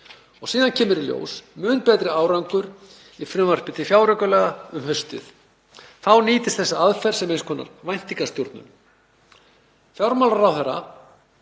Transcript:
og síðan kemur í ljós mun betri árangur í frumvarpi til fjáraukalaga um haustið. Þá nýtist þessa aðferð sem eins konar væntingastjórnun. Fjármálaráðherra